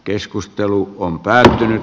keskustelu on päättynyt